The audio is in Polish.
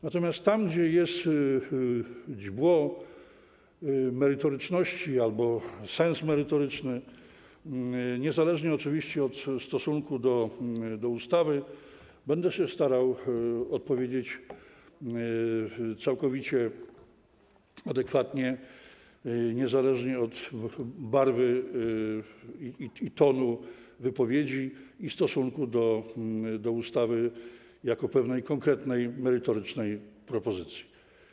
Natomiast tam gdzie jest źdźbło merytoryczności albo sens merytoryczny, niezależnie oczywiście od stosunku do ustawy, będę się starał odpowiedzieć całkowicie adekwatnie, niezależnie od barwy i tonu wypowiedzi, stosunku do ustawy jako konkretnej merytorycznej propozycji.